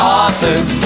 authors